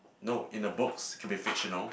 no in the books keep it fictional